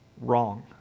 wrong